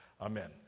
Amen